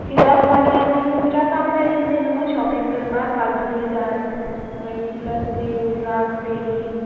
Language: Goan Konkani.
किद्याक मागीर आमी तुमच्याच वांगडा येतली न्हू शॉपिंग करपाक काजू बी जाय मागी प्लस ती उर्राक फेणी